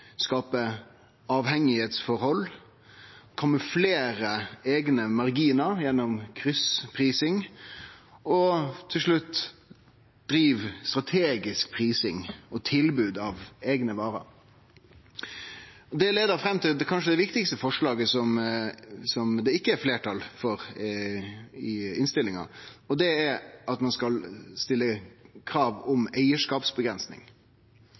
skape avhengigheitsforhold, kamuflere eigne marginar gjennom kryssprising og til slutt drive strategisk prising og tilbod av eigne varer. Det leidde fram til kanskje det viktigaste forslaget som det ikkje er fleirtal for i innstillinga, og det er at ein skal stille krav om